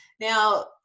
Now